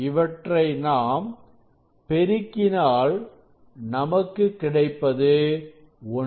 இவற்றை நாம் பெருக்கினாள்நமக்கு கிடைப்பது 1